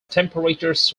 temperatures